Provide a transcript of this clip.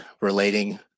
relating